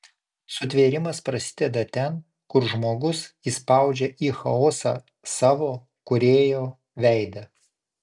sutvėrimas prasideda ten kur žmogus įspaudžia į chaosą savo kūrėjo veidą